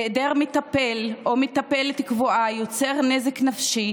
היעדר מטפל או מטפלת קבועים יוצר נזק נפשי